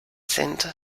sind